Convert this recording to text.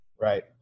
Right